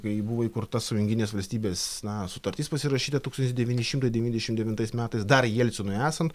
kai buvo įkurta sąjunginės valstybės na sutartis pasirašyta tūkstantis devyni šimtai devyniasdešim devintais metais dar jelcinui esant